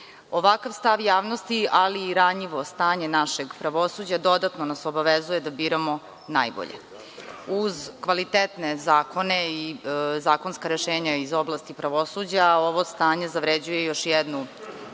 Ovakav stav javnosti, ali i ranjivo stanje našeg pravosuđa dodatno nas obavezuje da biramo najbolje. Uz kvalitetne zakone i zakonska rešenja iz oblasti pravosuđa ovo stanje zavređuje još jednu